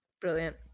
Brilliant